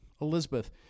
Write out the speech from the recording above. Elizabeth